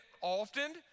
often